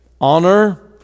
honor